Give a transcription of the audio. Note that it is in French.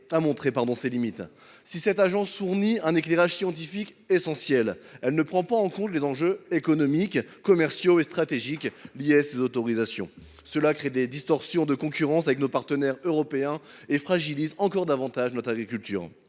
a montré ses limites. Si cette agence fournit un éclairage scientifique essentiel, elle ne prend pas en compte les enjeux économiques, commerciaux et stratégiques liés à ces autorisations. Cela crée des distorsions de concurrence avec nos partenaires européens et fragilise encore davantage notre agriculture.